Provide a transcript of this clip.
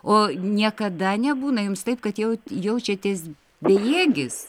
o niekada nebūna jums taip kad jau jaučiatės bejėgis